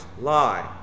lie